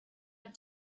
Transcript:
had